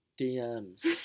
DMs